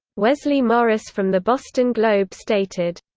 wesley morris from the boston globe stated,